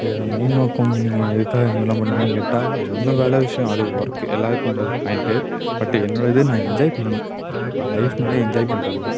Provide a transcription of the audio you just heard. இதோடய மெயின் நோக்கம் நீங்கள் எதுக்காக இந்த மாதிரிலாம் பண்றீங்கன்னு கேட்டால் ஒன்று வேலை விஷயோம் அது ஒர்க்கு எல்லாருக்கும் உள்ளது பாயிண்ட்டு பட்டு என்னுடயது நான் என்ஜாய் பண்ணணும் லைஃப்னாலே என்ஜாய் பண்ணுறதுதான்